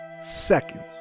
seconds